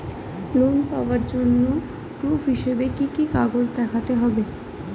Loan পাওয়ার জন্য proof হিসেবে কি কি কাগজপত্র দেখাতে হবে?